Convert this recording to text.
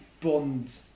Bond